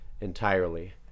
entirely